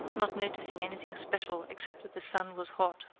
not noticing anything special except that the sun was hot.